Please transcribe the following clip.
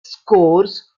scores